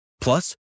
Plus